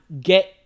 get